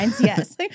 yes